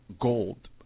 gold